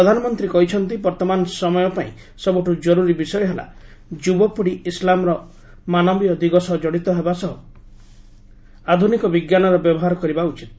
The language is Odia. ପ୍ରଧାନମନ୍ତ୍ରୀ କହିଛନ୍ତି ବର୍ତ୍ତମାନ ସମୟ ପାଇଁ ସବୁଠୁ କରୁରୀ ବିଷୟ ହେଲା ଯୁବପୀଢ଼ି ଇସଲାମର ମାନବୀୟ ଦିଗ ସହ କଡ଼ିତ ହେବା ସହ ଆଧୁନିକ ବିଜ୍ଞାନର ବ୍ୟବହାର କରିବା ଉଚିତ୍